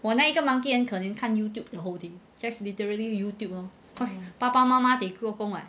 我那一个 monkey 很可怜看 youtube the whole day just literally youtube lor cause 爸爸妈妈得做工 [what]